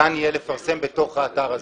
ניתן יהיה לפרסם בתוך האתר הזה.